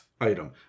item